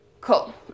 Cool